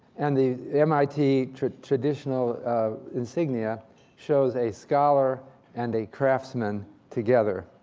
and the mit traditional insignia shows a scholar and a craftsmen together.